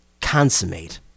consummate